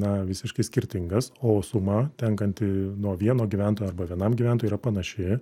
na visiškai skirtingas o suma tenkanti nuo vieno gyventojo arba vienam gyventojui yra panaši